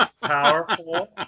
powerful